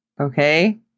okay